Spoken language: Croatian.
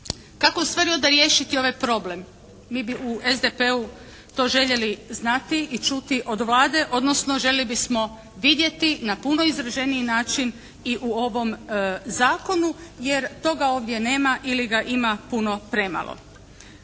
Kako ustvari onda riješiti ovaj problem, mi bi u SDP-u to željeli znati i čuti od Vlade odnosno željeli bismo vidjeti na puno izraženiji način i u ovom zakonu jer toga ovdje nama ili ga ima puno premalo.